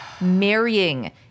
marrying